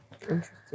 Interesting